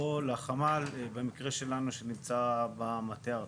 או לחמ"ל במקרה שלנו שנמצא במטה הארצי.